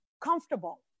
comfortable